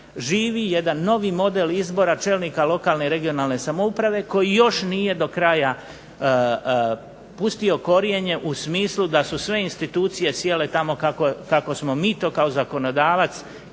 živi jedan novi model izbora čelnika lokalne i regionalne samouprave koji još nije do kraja pustio korijenje u smislu da su sve institucije sjele tamo kako smo mi to kao zakonodavac